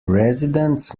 residents